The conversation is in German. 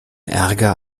ärger